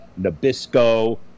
Nabisco